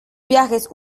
viajes